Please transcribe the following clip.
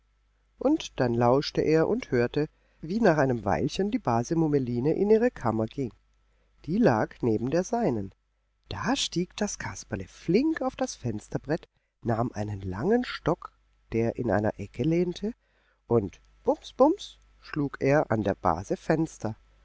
und dann lauschte er und hörte wie nach einem weilchen die base mummeline in ihre kammer ging die lag neben der seinen da stieg das kasperle flink auf das fensterbrett nahm einen langen stock der in einer ecke lehnte und bums bums schlug er an der base fenster